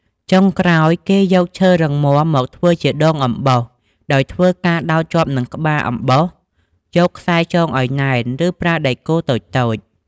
ចុងក្រោយគេយកឈើរឹងមាំ មកធ្វើជាដងអំបោស ដោយធ្វើការដោតជាប់និងក្បាលអំបោសយកខ្សែចងឲ្យណែន ឬប្រើដែកគោលតូចៗ